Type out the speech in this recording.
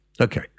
okay